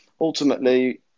ultimately